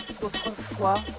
autrefois